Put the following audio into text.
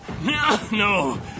No